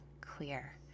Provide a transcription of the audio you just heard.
clear